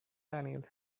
daniels